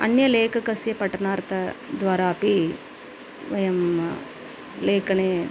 अन्य लेखकस्य पठनार्थं द्वारा अपि वयं लेखने